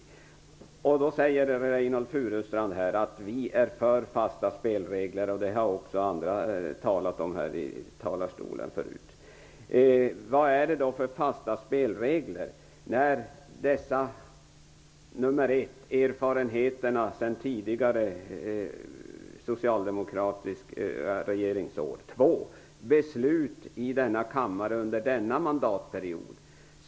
Reynoldh Furustrand säger här att Socialdemokraterna är för fasta spelregler, och det har också andra sagt förut i talarstolen. Vad är det då för fasta spelregler? För det första har vi erfarenheterna från tidigare socialdemokratiska regeringsår. För det andra har vi de beslut som fattats i denna kammare under denna mandatperiod.